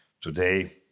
today